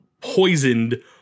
poisoned